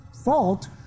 fault